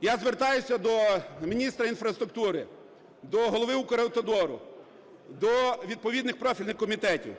Я звертаюся до міністра інфраструктури, до голови "Укравтодору", до відповідних профільних комітетів.